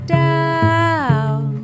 down